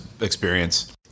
experience